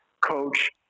coach